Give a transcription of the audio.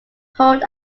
hold